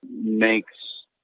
makes